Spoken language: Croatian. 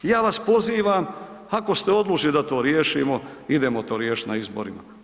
Ja vas pozivam, ako ste odlučili da to riješimo, idemo to riješiti na izborima.